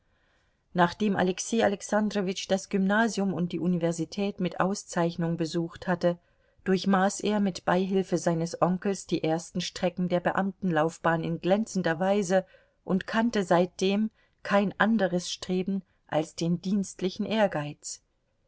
nachdem alexei alexandrowitsch das gymnasium und die universität mit auszeichnungen besucht hatte durchmaß er mit beihilfe seines onkels die ersten strecken der beamtenlaufbahn in glänzender weise und kannte seitdem kein anderes streben als den dienstlichen ehrgeiz